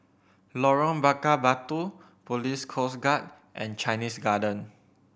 Lorong Bakar Batu Police Coast Guard and Chinese Garden